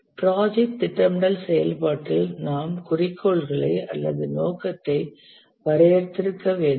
project திட்டமிடல் செயல்பாட்டில் நாம் குறிக்கோள்களை அல்லது நோக்கத்தை வரையறுத்திருக்க வேண்டும்